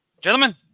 Gentlemen